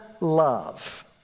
love